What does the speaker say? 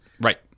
Right